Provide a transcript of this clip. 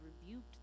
rebuked